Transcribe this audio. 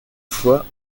fois